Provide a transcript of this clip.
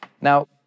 Now